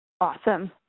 Awesome